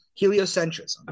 heliocentrism